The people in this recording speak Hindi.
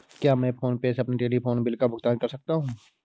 क्या मैं फोन पे से अपने टेलीफोन बिल का भुगतान कर सकता हूँ?